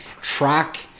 track